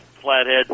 flathead